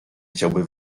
chciałby